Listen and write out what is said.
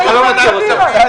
אתה לא מכיר אותו.